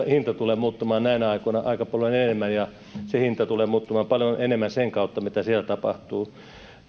hinta tulee muuttumaan näinä aikoina aika paljon enemmän ja se hinta tulee muuttumaan paljon enemmän sen kautta mitä siellä tapahtuu